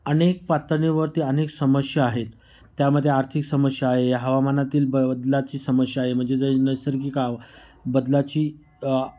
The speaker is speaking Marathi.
अनेक पातळीवरती अनेक समस्या आहेत त्यामध्ये आर्थिक समस्या आहे हवामानातील बदलाची समस्या आहे म्हणजे जे नैसर्गिक आव बदलाची